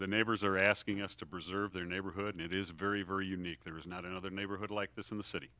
the neighbors are asking us to preserve their neighborhood it is a very very unique there is not another neighborhood like this in the city